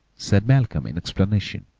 said malcolm, in explanation.